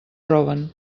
roben